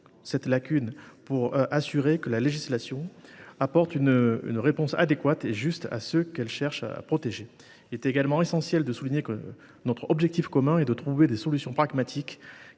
cette lacune, pour nous assurer que la législation apporte une réponse adéquate et juste à ceux qu’elle cherche à protéger. Il est également essentiel de souligner que notre objectif commun est de trouver des solutions pragmatiques